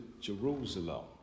Jerusalem